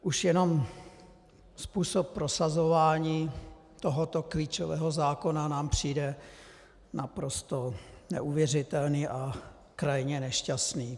Už jenom způsob prosazování tohoto klíčového zákona nám přijde naprosto neuvěřitelný a krajně nešťastný.